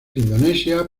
indonesia